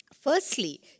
Firstly